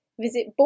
Visit